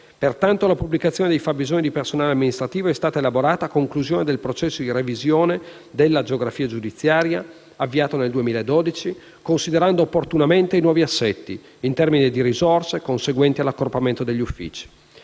Pertanto, la pianificazione dei fabbisogni di personale amministrativo è stata elaborata a conclusione del processo di revisione della geografia giudiziaria, avviato nel 2012, considerando opportunamente i nuovi assetti, in termini di risorse, conseguenti all'accorpamento degli uffici.